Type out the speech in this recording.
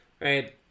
right